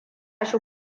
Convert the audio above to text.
shi